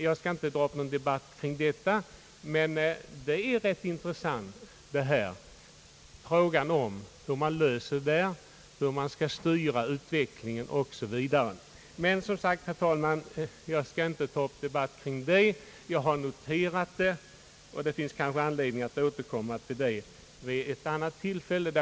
Jag skall inte ta upp någon debatt på den punkten, även om frågan om hur utvecklingen skall styras osv. är intressant. Jag har bara velat notera detta. Det kanske blir anledning att återkomma till frågan vid ett annat tillfälle.